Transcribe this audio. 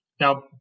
Now